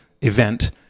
event